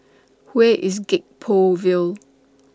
Where IS Gek Poh Ville